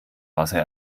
wasser